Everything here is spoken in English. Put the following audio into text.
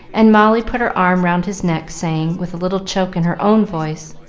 and molly put her arm round his neck, saying, with a little choke in her own voice,